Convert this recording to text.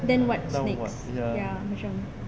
now what ya